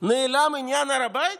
נעלם עניין הר הבית?